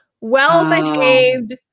well-behaved